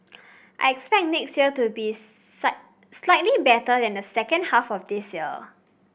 I expect next year to be slightly better than the second half of this year